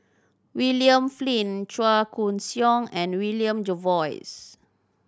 William Flint Chua Koon Siong and William Jervois